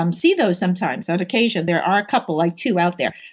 um see those sometimes on occasion there are a couple, like two out there.